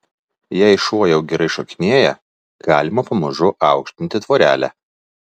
jei šuo jau gerai šokinėja galima pamažu aukštinti tvorelę